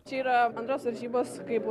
čia yra bendros varžybos kaip